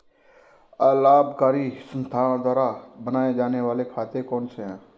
अलाभकारी संस्थाओं द्वारा बनाए जाने वाले खाते कौन कौनसे हैं?